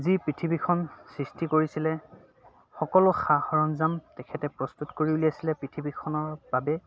যি পৃথিৱীখন সৃষ্টি কৰিছিলে সকলো সা সৰঞ্জাম তেখেতে প্ৰস্তুত কৰি উলিয়াইছিলে পৃথিৱীখনৰ বাবে